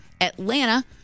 Atlanta